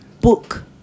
book